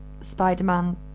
Spider-Man